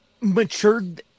matured